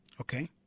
Okay